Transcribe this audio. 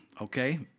okay